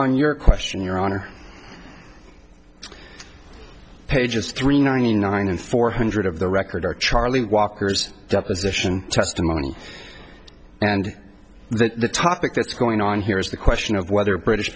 on your question your honor pages three ninety nine and four hundred of the record are charlie walker's deposition testimony and the topic that's going on here is the question of whether british